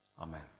Amen